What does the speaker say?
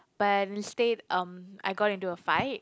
but instead um I got into a fight